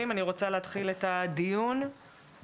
אני פותחת את דיון הוועדה המיוחדת לזכויות הילד.